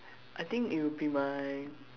I think it would be my